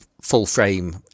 full-frame